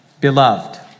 Beloved